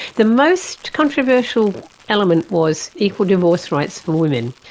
the most controversial element was equal divorce rights for women.